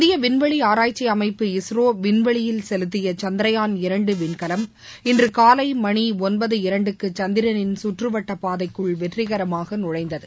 இந்திய விண்வெளி ஆராய்ச்சி அமைப்பு இஸ்ரோ விண்வெளியில் செலுத்திய சந்த்ரயான் இரண்டு விண்கலம் இன்று காலை மணி ஒன்பது இரண்டுக்கு சந்திரனின் சுற்றுவட்டப் பாதைக்குள் வெற்றிகரமாக நுழைந்தது